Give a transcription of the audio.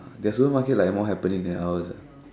their supermarket like more happening than ours ah